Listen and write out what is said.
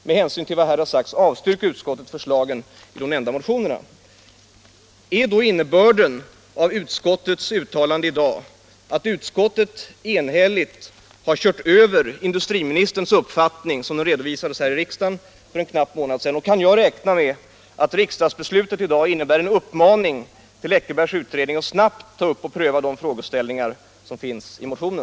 Med hänvisning till vad här sagts avstyrker utskottet förslagen i de nu nämnda motionerna.” Är innebörden av utskottets uttalande att utskottet enhälligt har kört över industriministerns uppfattning sådan den redovisades här i kammaren för en knapp månad sedan? Kan jag räkna med att riksdagsbeslutet i dag innebär en uppmaning till den Eckerbergska utredningen att snabbt ta upp och pröva de frågeställningar som redovisas i motionen?